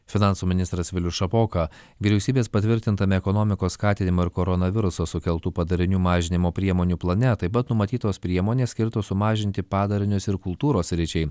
finansų ministras vilius šapoka vyriausybės patvirtintame ekonomikos skatinimo ir koronaviruso sukeltų padarinių mažinimo priemonių plane taip pat numatytos priemonės skirtos sumažinti padarinius ir kultūros sričiai